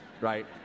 Right